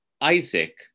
Isaac